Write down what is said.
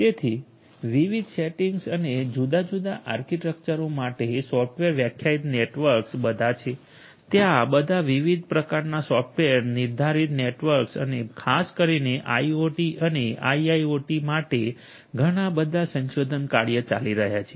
તેથી વિવિધ સેટિંગ્સ અને જુદા જુદા આર્કિટેક્ચરો માટે સોફ્ટવેર વ્યાખ્યાયિત નેટવર્ક્સ બધાં છે ત્યાં બધાં વિવિધ પ્રકારનાં સોફ્ટવેર નિર્ધારિત નેટવર્ક્સ અને ખાસ કરીને આઇઓટી અને આઇઆઇઓટી માટે ઘણા બધા સંશોધન કાર્ય ચાલી રહ્યા છે